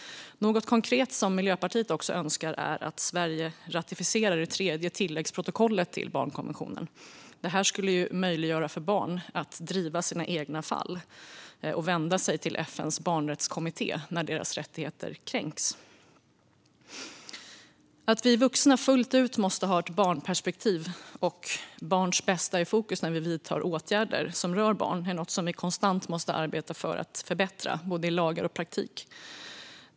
Något konkret som Miljöpartiet önskar är att Sverige ratificerar det tredje tilläggsprotokollet till barnkonventionen. Det skulle möjliggöra för barn att driva sina egna fall och vända sig till FN:s barnrättskommitté när deras rättigheter kränks. Att vuxna fullt ut måste ha ett barnperspektiv och barns bästa i fokus när åtgärder som rör barn vidtas är något som vi konstant måste arbeta för att förbättra i både lagar och praktik.